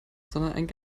sondern